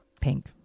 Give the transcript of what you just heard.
pink